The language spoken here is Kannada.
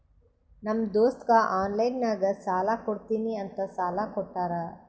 ನಮ್ ದೋಸ್ತಗ ಆನ್ಲೈನ್ ನಾಗೆ ಸಾಲಾ ಕೊಡ್ತೀನಿ ಅಂತ ಸಾಲಾ ಕೋಟ್ಟಾರ್